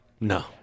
No